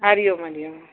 हलो Om Hari Om